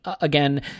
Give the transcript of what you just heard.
again